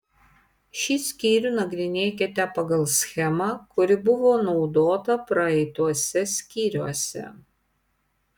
šį skyrių nagrinėkite pagal schemą kuri buvo naudota praeituose skyriuose